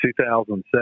2007